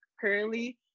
currently